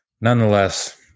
Nonetheless